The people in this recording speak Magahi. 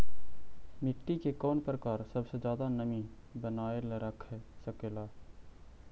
मिट्टी के कौन प्रकार सबसे जादा नमी बनाएल रख सकेला?